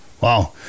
Wow